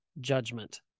judgment